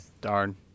Darn